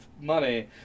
money